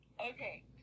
okay